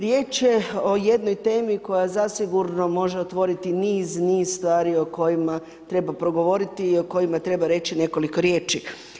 Riječ je o jednoj temi koja zasigurno može otvoriti niz, niz stvari o kojima treba progovoriti i o kojima treba reći nekoliko riječi.